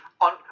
on